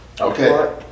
Okay